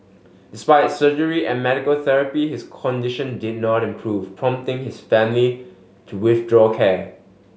despite surgery and medical therapy his condition did not improve prompting his family to withdraw care